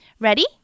Ready